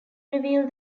reveal